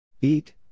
Eat